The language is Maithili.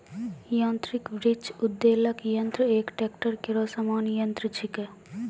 यांत्रिक वृक्ष उद्वेलक यंत्र एक ट्रेक्टर केरो सामान्य यंत्र छिकै